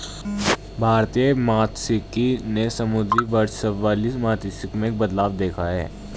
भारतीय मात्स्यिकी ने समुद्री वर्चस्व वाली मात्स्यिकी में एक बदलाव देखा है